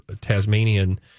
Tasmanian